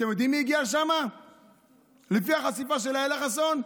אתם יודעים מי הגיע לשם לפי החשיפה של אילה חסון?